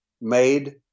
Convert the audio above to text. made